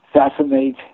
assassinate